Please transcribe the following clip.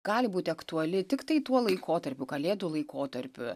gali būti aktuali tiktai tuo laikotarpiu kalėdų laikotarpiu